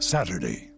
Saturday